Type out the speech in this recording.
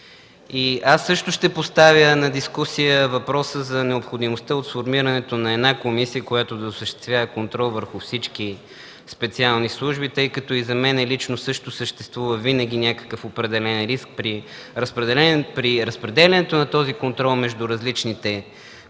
Аз също ще поставя на дискусия въпроса за необходимостта от сформирането на една комисия, която да осъществява контрол върху всички специални служби, тъй като и за мен лично също съществува винаги някакъв определен риск при разпределянето на този контрол между различните комисии